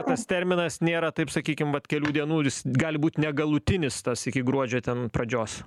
tas terminas nėra taip sakykim vat kelių dienų jis gali būt negalutinis tas iki gruodžio ten pradžios